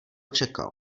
čekal